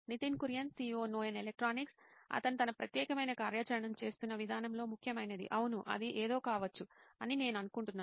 Nitin Kurian COO నోయిన్ electronics అతను తన ప్రత్యేకమైన కార్యాచరణను చేస్తున్న విధానంలో ముఖ్యమైనది అవును అది ఏదో కావచ్చు అని నేను అనుకుంటున్నాను